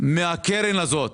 מהקרן הזאת